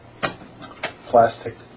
plastic